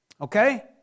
okay